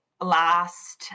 last